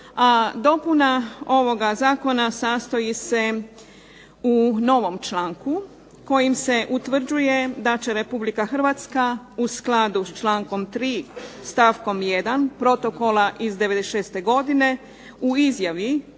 dopuna ovoga zakona sastoji se u novom članku kojim se utvrđuje da će Republika Hrvatska u skladu s člankom 3. stavkom 1. Protokola iz '96. godine u izjavi